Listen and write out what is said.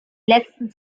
letzten